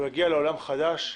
הוא יגיע לעולם חדש,